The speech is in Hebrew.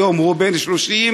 היום הוא בן 30,